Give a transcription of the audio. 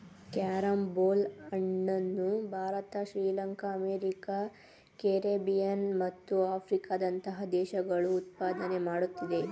carrom ಬೋಲ್ ಹಣ್ಣನ್ನು Bharat Sri Lanka America Caribbean ಮತ್ತು ಆಫ್ರಿಕಾದಂತಹ ದೇಶಗಳು ಉತ್ಪಾದನೆ ಮಾಡುತ್ತಿದೆ